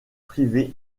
privé